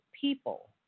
people